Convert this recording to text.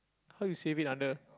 how you save it under